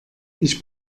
ich